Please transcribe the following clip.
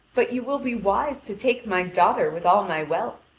but you will be wise to take my daughter with all my wealth,